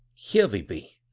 here we be,